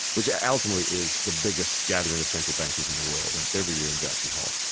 which yeah ultimately is the biggest gathering of central bankers in the world. and it's every year in jackson hole,